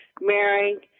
marrying